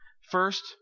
first